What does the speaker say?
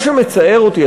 מה שמצער אותי,